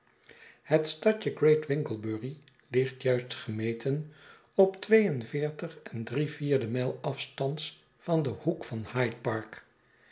het stadje great winglebury ligt juist gemeten op twee en veertig en drie vierde mijl afstands van den hoek van hyde park